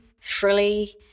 frilly